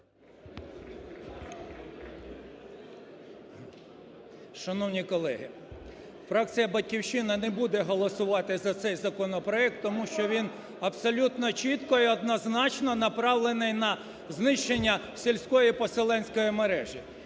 Шановні колеги! Фракція "Батьківщина" не буде голосувати за цей законопроект тому що він абсолютно чітко і однозначно направлений на знищення сільської поселенської мережі.